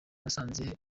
nasanze